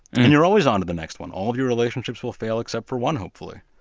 and you're always onto the next one. all your relationships will fail except for one hopefully